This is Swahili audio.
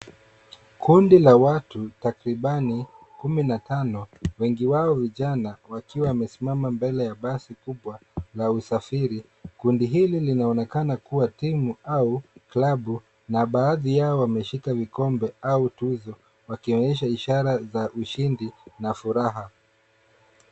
Kundi la watu takribani kumi na tano wengi wao vijana wakiwa wamesimama mbele ya basi kubwa la usafiri. Kundi hili linaonekana kuwa timu au klabu na baadhi yao wameshika vikombe au tuzo, wakionyesha ishara za ushindi na furaha.